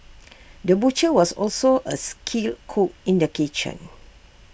the butcher was also A skilled cook in the kitchen